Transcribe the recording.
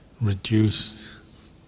reduce